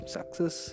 Success